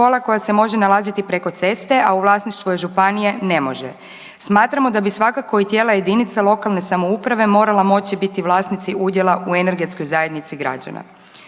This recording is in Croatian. koja se može nalaziti preko ceste, a u vlasništvu je županije, ne može. Smatramo da bi svakako i tijela jedinica lokalne samouprave morala moći biti vlasnici udjela u energetskoj zajednici građana.